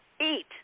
eat